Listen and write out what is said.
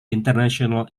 international